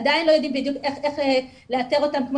עדיין לא יודעים בדיוק איך לאתר אותם כמו